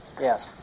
Yes